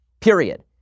period